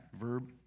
Verb